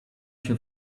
się